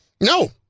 No